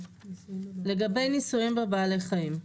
לגבי ניסויים בבעלי חיים.